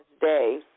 day